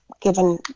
given